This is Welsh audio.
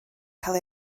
cael